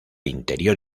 interior